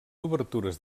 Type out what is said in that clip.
obertures